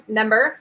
number